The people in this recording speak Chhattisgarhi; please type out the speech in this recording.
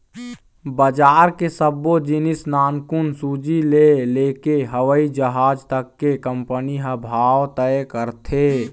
बजार के सब्बो जिनिस नानकुन सूजी ले लेके हवई जहाज तक के कंपनी ह भाव तय करथे